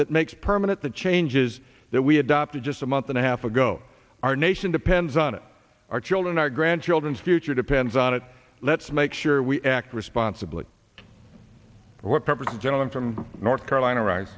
that makes permanent the changes that we adopted just a month and a half ago our nation depends on it our children our grandchildren's future depends on it let's make sure we act responsibly what purpose gentleman from north carolina wri